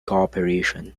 cooperation